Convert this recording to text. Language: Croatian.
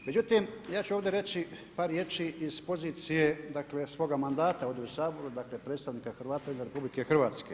Međutim, ja ću ovdje reći par riječi iz pozicije dakle svoga mandata ovdje u Saboru, dakle predstavnika Hrvata izvan RH.